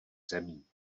zemí